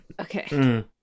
Okay